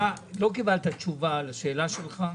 אתה לא קיבלת תשובה על השאלה שלך.